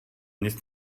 nic